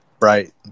right